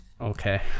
Okay